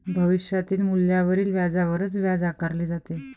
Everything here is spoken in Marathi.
भविष्यातील मूल्यावरील व्याजावरच व्याज आकारले जाते